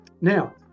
now